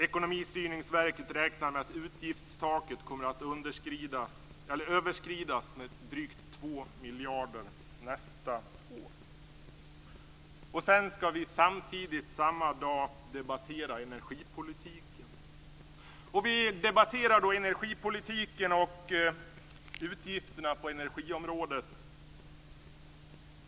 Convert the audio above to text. Ekonomistyrningsverket räknar med att utgiftstaket kommer att överskridas med drygt 2 miljarder nästa år. Och sedan skall vi samtidigt samma dag debattera energipolitiken. Vi debatterar då energipolitiken och utgifterna på energiområdet.